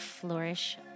flourish